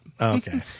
Okay